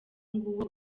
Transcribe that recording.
nguwo